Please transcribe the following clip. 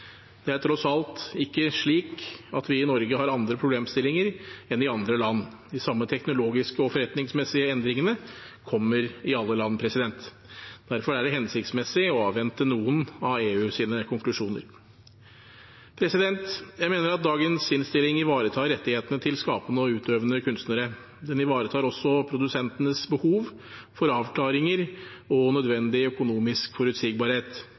Det er tross alt ikke slik at vi i Norge har andre problemstillinger enn andre land. De samme teknologiske og forretningsmessige endringene kommer i alle land. Derfor er det hensiktsmessig å avvente noen av EUs konklusjoner. Jeg mener at dagens innstilling ivaretar rettighetene til skapende og utøvende kunstnere. Den ivaretar også produsentenes behov for avklaringer og nødvendig økonomisk forutsigbarhet.